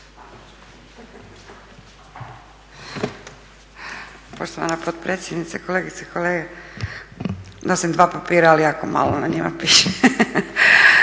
Poštovana potpredsjednice, kolegice i kolege. Nosim dva papira, ali jako malo na njima piše.